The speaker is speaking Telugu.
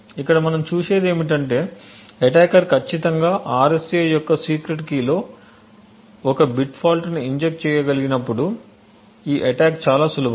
ఇక్కడ మనం చూసేది ఏమిటంటే అటాకర్ ఖచ్చితంగా RSA యొక్క సీక్రెట్ కీలో 1 బిట్ ఫాల్ట్ ని ఇంజెక్ట్ చేయగలిగినప్పుడు ఈ అటాక్ చాలా సులభం